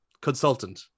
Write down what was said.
consultant